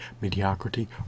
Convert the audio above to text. mediocrity